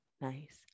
Nice